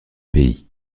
pays